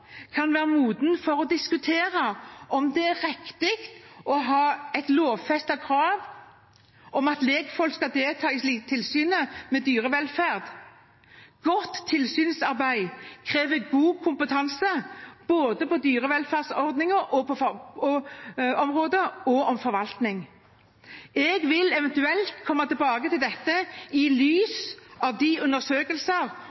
kan være moden for å diskutere om det er riktig å ha et lovfestet krav om at lekfolk skal delta i tilsynet med dyrevelferd. Godt tilsynsarbeid krever god kompetanse både på dyrevelferdsområdet og når det gjelder forvaltning. Jeg vil eventuelt komme tilbake til dette i